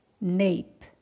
Nape